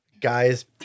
guys